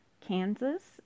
Kansas